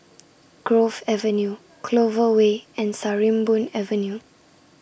Grove Avenue Clover Way and Sarimbun Avenue